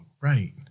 right